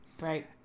Right